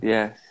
Yes